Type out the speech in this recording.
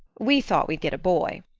we thought we'd get a boy.